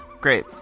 Great